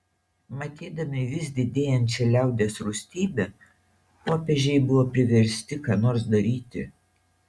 matydami vis didėjančią liaudies rūstybę popiežiai buvo priversti ką nors daryti